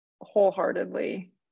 wholeheartedly